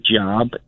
job